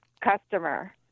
customer